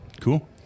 cool